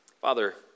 Father